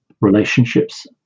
relationships